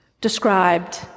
described